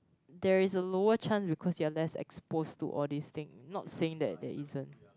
there is a lower chance because you're less exposed to all these thing not saying that there isn't